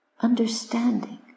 understanding